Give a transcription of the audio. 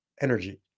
energy